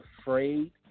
afraid